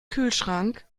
kühlschrank